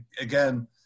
again